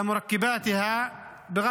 אין